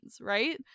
right